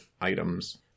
items